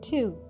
Two